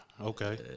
Okay